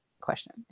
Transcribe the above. question